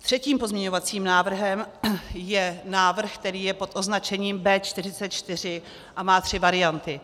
Třetím pozměňovacím návrhem je návrh, který je pod označením B44 a má tři varianty.